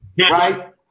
right